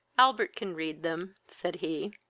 albert can read them, said he.